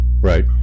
Right